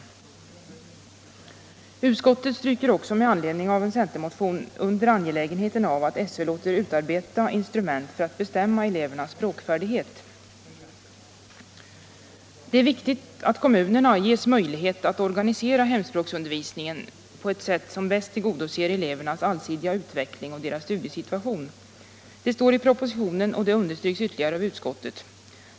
29 maj 1976 Utskottet stryker också med anledning av en centermotion under an» — gelägenheten av att SÖ låter utarbeta instrument för att bestämma ele — Hemspråksundervernas språkfärdighet. visning för invand Det är viktigt att kommunerna ges möjlighet att organisera hemspråks — rarbarn undervisningen på ett sätt som bäst tillgodoser elevernas allsidiga utveckling och deras studiesituation. Det står i propositionen och det understryks ytterligare av utskottet.